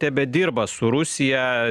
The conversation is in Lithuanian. tebedirba su rusija